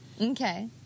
Okay